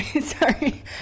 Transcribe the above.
sorry